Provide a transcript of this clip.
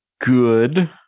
good